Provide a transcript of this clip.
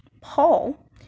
Paul